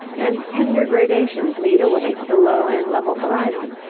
and tender gradations lead away to the low and level horizon.